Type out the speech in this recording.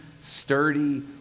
sturdy